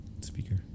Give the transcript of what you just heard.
speaker